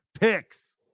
picks